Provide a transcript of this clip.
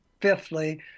fifthly